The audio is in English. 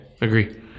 Agree